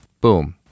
Boom